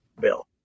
bill